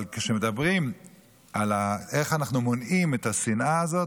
אבל כשמדברים על איך אנחנו מונעים את השנאה הזו,